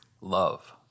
Love